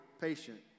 patient